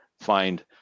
find